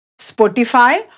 Spotify